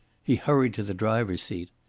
he hurried to the driver's seat.